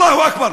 אללהו אכבר.